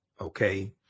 Okay